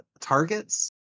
targets